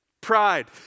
pride